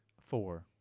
Four